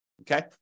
okay